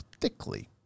thickly